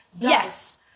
Yes